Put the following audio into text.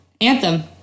Anthem